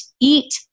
eat